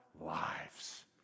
lives